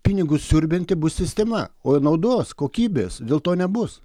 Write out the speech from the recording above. pinigus siurbianti bus sistema o naudos kokybės dėl to nebus